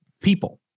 people